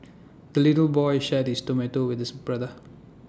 the little boy shared his tomato with his brother